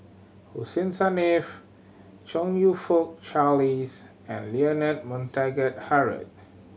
Hussein Chong You Fook Charles and Leonard Montague Harrod